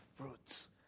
fruits